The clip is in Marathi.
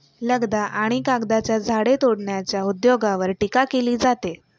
लगदा आणि कागदाच्या झाडे तोडण्याच्या उद्योगावर टीका केली जाते